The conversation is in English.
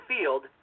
field